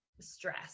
stress